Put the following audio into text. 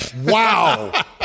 Wow